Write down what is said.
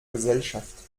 gesellschaft